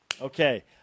Okay